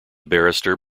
barrister